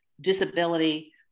disability